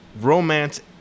romance